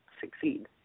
succeed